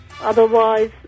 otherwise